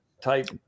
type